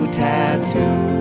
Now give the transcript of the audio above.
tattoo